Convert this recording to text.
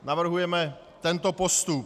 Navrhujeme tento postup: